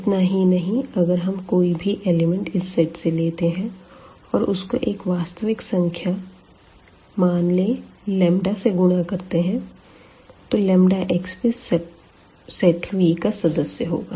इतना ही नहीं अगर हम कोई भी एलिमेंट इस सेट से लेते हैं और उसको एक वास्तविक संख्या मान ले से गुणा करते हैं तो x भी सेट V का सदस्य होगा